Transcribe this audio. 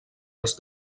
els